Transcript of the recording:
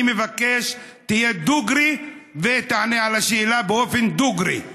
אני מבקש שתהיה דוגרי ותענה על השאלה באופן דוגרי.